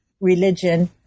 religion